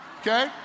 okay